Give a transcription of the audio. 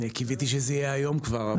קיוויתי שזה יהיה היום כבר,